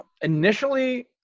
Initially